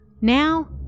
Now